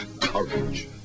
Courage